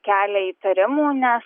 kelia įtarimų nes